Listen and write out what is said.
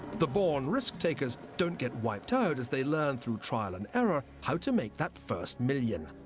the born risk-takers don't get wiped out as they learn through trial and error how to make that first million,